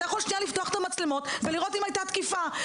אתה יכול לפתוח שנייה את המצלמות ולראות אם הייתה תקיפה,